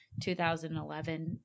2011